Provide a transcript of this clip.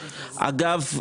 אגב,